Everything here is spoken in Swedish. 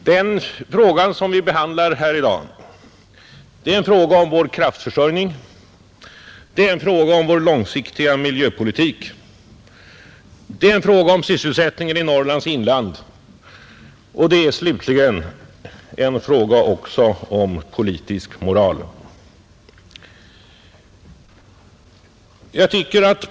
Fru talman! Det som vi behandlar här i dag är en fråga om vår kraftförsörjning, det är en fråga om vår långsiktiga miljöpolitik, det är en fråga om sysselsättningen i Norrlands inland och det är slutligen en fråga också om politisk moral.